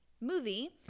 movie